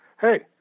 hey